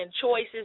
choices